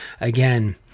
again